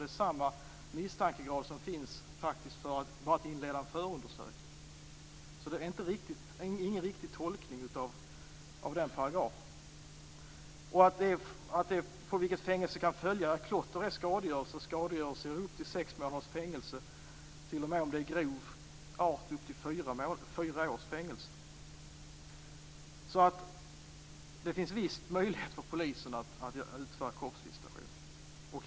Det är samma misstankegrad som finns för att inleda en förundersökning. Det är alltså inte någon riktig tolkning av den paragrafen. Det står också: på vilket fängelsestraff kan följa. Klotter är skadegörelse och skadegörelse ger upp till sex månaders fängelse, om det är av grov art upp till fyra års fängelse. Det finns alltså visst möjlighet för polisen att utföra kroppsvisitation.